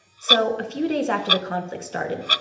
so a few days after the conflict started,